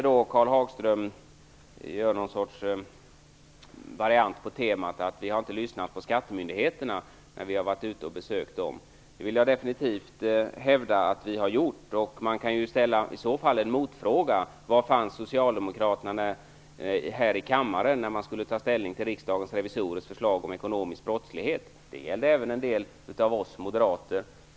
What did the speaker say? Karl Hagström gör en variant på temat att vi inte har lyssnat på skattemyndigheterna när vi har besökt dem. Jag vill definitivt hävda att vi har gjort det. Man kan i så fall ställa en motfråga. Var fanns socialdemokraterna här i kammaren när vi skulle ta ställning till riksdagens revisorers förslag om ekonomisk brottslighet? Det gällde även en del av oss moderater.